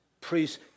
priests